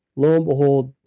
low and behold,